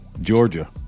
Georgia